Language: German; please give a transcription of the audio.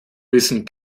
wissen